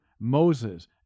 Moses